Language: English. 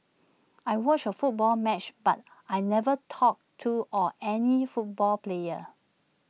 I watched A football match but I never talked to or any football player